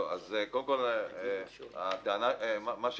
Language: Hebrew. קודם כול, גם אנחנו נתקלים במה